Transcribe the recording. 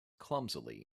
clumsily